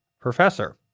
professor